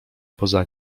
poza